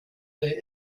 they